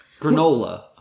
granola